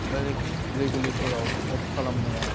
directly रेगुलेटराव अफ खालामनाया